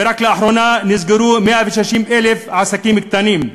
רק לאחרונה נסגרו 160,000 עסקים קטנים,